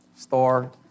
store